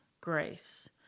grace